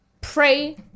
pray